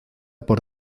por